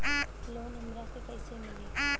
Loan हमरा के कईसे मिली?